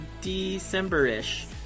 December-ish